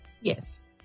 Yes